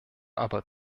aber